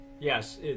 Yes